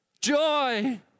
joy